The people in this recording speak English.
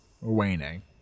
waning